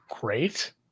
great